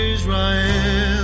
Israel